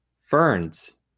ferns